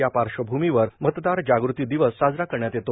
या पार्श्वभूमीवर मतदार जाग़ती दिवस साजरा करण्यात येतो